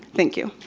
thank you.